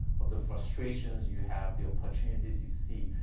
of the frustrations you have, the opportunities you see,